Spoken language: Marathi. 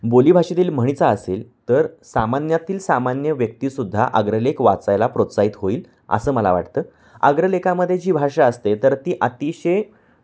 बोलीभाषेतील म्हणीचा असेल तर सामान्यातील सामान्य व्यक्तीसुद्धा अग्रलेख वाचायला प्रोत्साहित होईल असं मला वाटतं अग्रलेखामध्ये जी भाषा असते तर ती अतिशय